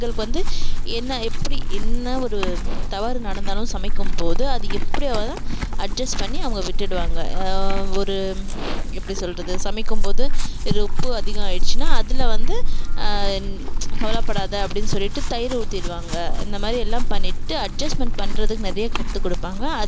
எங்களுக்கு வந்து என்ன எப்படி என்ன ஒரு தவறு நடந்தாலும் சமைக்கும்போது அது எப்படியாவது அட்ஜஸ்ட் பண்ணி அவங்க விட்டுடுவாங்க ஒரு எப்படி சொல்கிறது சமைக்கும்போது ஒரு உப்பு அதிகம் ஆகிடிச்சின்னா அதில் வந்து கவலப்படாதே அப்படின்னு சொல்லிவிட்டு தயிர் ஊற்றிடுவாங்க இந்த மாதிரி எல்லாம் பண்ணிவிட்டு அட்ஜஸ்ட்மெண்ட் பண்ணுறதுக்கு நிறையா கற்றுக்குடுப்பாங்க